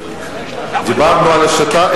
דיברנו על השיטה,